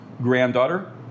granddaughter